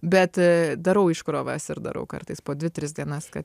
bet darau iškrovas ir darau kartais po dvi tris dienas kad